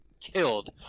killed